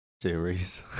series